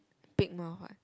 big mouth what